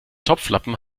topflappen